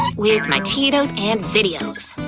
with my cheetos and videos!